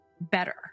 better